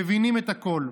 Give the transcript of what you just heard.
מבינים את הכול,